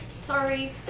Sorry